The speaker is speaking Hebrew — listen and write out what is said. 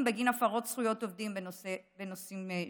בגין הפרות זכויות עובדים בנושאים שונים.